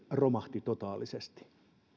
romahti totaalisesti